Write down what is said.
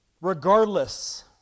Regardless